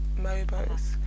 Mobos